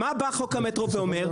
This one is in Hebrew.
מה בא חוק המטרו ואומר?